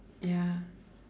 ya